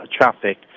traffic